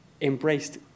embraced